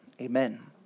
amen